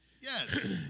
yes